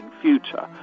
future